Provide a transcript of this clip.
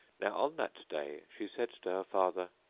now on that day she said to her father,